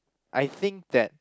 I think that